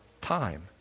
time